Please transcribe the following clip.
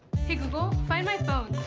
hey google. find my phone.